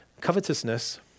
covetousness